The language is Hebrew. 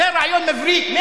אסור להרביץ לילד בבית-ספר?